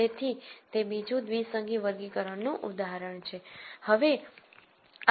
તેથી તે બીજું દ્વિસંગી વર્ગીકરણનું ઉદાહરણ છે